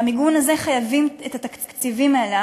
והמיגון הזה, חייבים את התקציבים האלה.